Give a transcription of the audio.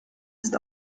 ist